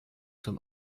zum